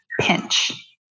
pinch